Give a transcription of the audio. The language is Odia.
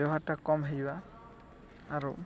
ବ୍ୟବହାର୍ଟା କମ୍ ହେଇଯିବା